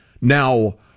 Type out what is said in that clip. Now